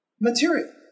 material